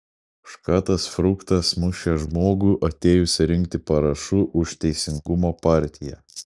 už ką tas fruktas mušė žmogų atėjusį rinkti parašų už teisingumo partiją